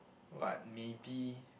but maybe